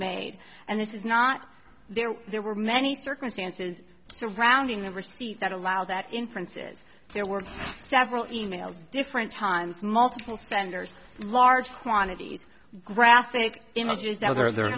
made and this is not there there were many circumstances surrounding the receipt that allow that inferences there were several e mails different times multiple standers in large quantities graphic images that there are there